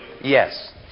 Yes